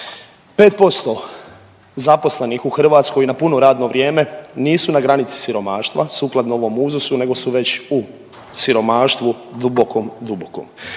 5% zaposlenih u Hrvatskoj na puno radno vrijeme nisu na granici siromaštva sukladno ovom uzusu nego su već u siromaštvu dubokom, dubokom.